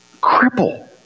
cripple